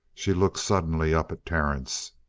she looked suddenly up at terence.